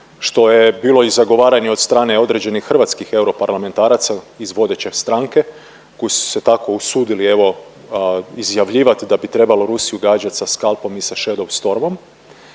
što je bilo i zagovaranje od strane određenih hrvatskih europarlamentaraca iz vodeće stranke koji su se tako usudili evo izjavljivat da bi trebalo Rusiju gađat sa skalpom i sa …/Govornik